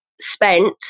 spent